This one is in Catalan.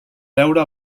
deure